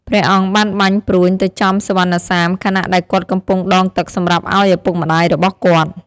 ព្រះអង្គបានបាញ់ព្រួញទៅចំសុវណ្ណសាម ខណៈដែលគាត់កំពុងដងទឹកសម្រាប់ឲ្យឪពុកម្ដាយរបស់គាត់។